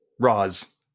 Roz